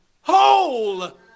whole